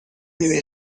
deve